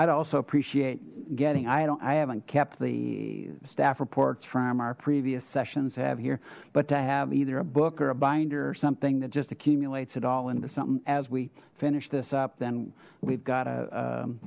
i'd also appreciate getting i don't i haven't kept the staff reports from our previous sessions have here but to have either a book or a binder or something that just accumulates it all into something as we finish this up then we've got a